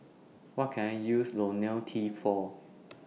What Can I use Lonil T For